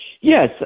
yes